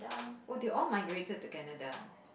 orh they all migrated to Canada